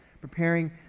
preparing